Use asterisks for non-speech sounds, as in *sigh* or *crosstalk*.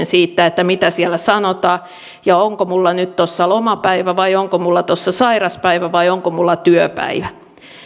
*unintelligible* siitä mitä siellä sanotaan ja onko minulla nyt tuossa lomapäivä vai onko minulla tuossa sairauspäivä vai onko minulla työpäivä